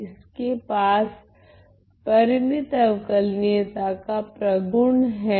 इसके पास परिमित अवकलनीयता का प्रगुण हैं